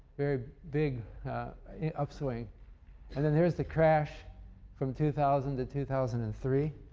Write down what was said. very big upswing and then there's the crash from two thousand to two thousand and three.